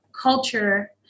culture